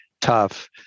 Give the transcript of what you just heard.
tough